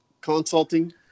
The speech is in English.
consulting